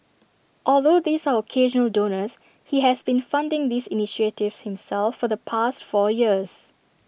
although these are occasional donors he has been funding these initiatives himself for the past four years